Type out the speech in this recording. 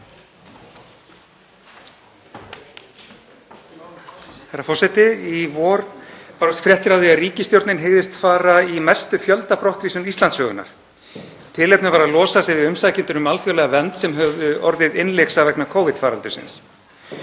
Herra forseti. Í vor bárust fréttir af því að ríkisstjórnin hygðist fara í mestu fjöldabrottvísun Íslandssögunnar. Tilefnið var að losa sig við umsækjendur um alþjóðlega vernd sem höfðu orðið innlyksa vegna Covid-faraldursins.